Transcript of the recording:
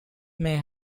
may